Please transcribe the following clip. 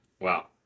Wow